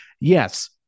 Yes